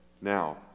Now